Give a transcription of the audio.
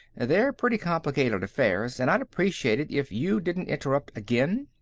they're pretty complicated affairs, and i'd appreciate it if you didn't interrupt again.